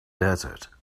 desert